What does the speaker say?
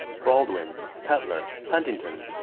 baldwin, cutler, huntington,